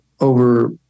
over